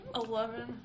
eleven